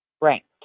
ranked